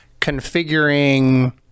configuring